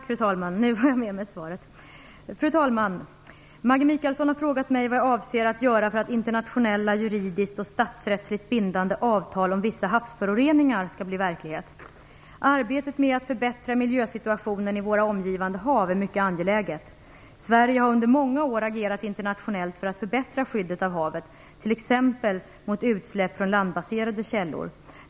Fru talman! Maggi Mikaelsson har frågat mig vad jag avser att göra för att internationella juridiskt och statsrättsligt bindande avtal om vissa havsföroreningar skall bli verklighet. Arbetet med att förbättra miljösituationen i våra omgivande hav är mycket angeläget. Sverige har under många år agerat internationellt för att förbättra skyddet av havet, bl.a. mot utsläpp från landbaserade källor.